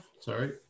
sorry